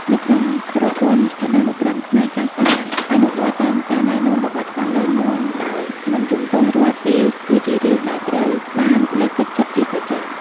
នៅក្នុងប្រព័ន្ធឋានានុក្រមខ្មែរ ការស្តាប់ និងអនុវត្តតាមការណែនាំរបស់ថ្នាក់ដឹកនាំដោយមិនជំទាស់រាល់ពេល គឺជារឿងដែលត្រូវបានលើកទឹកចិត្តជាប្រចាំ។